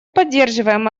поддерживаем